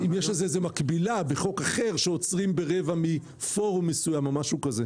יש לזה איזו מקבילה בחוק אחר שעוצרים ברבע מפורום מסוים או משהו כזה?